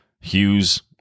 Hughes